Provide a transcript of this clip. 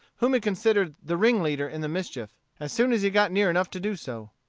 whom he considered the ringleader in the mischief, as soon as he got near enough to do so.